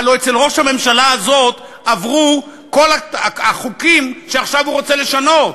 הלוא אצל ראש הממשלה הזה עברו כל החוקים שעכשיו הוא רוצה לשנות.